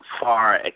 far